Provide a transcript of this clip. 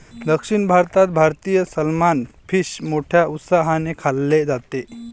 दक्षिण भारतात भारतीय सलमान फिश मोठ्या उत्साहाने खाल्ले जाते